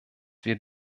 wir